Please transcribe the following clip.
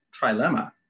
trilemma